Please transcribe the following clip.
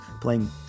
playing